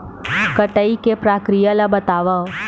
कटाई के प्रक्रिया ला बतावव?